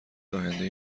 آیندهای